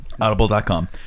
Audible.com